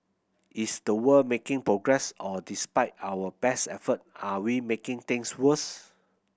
is the world making progress or despite our best effort are we making things worse